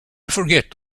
forget